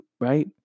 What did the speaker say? right